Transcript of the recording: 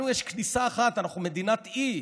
לנו יש כניסה אחת, אנחנו מדינת אי,